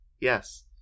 Yes